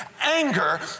anger